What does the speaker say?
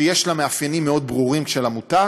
שיש לה מאפיינים מאוד ברורים של עמותה,